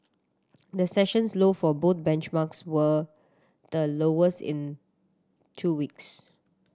the sessions low for both benchmarks were the lowest in two weeks